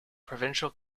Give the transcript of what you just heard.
provincial